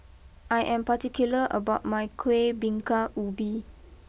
I am particular about my Kuih Bingka Ubi